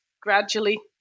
gradually